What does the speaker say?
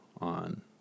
on